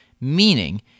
meaning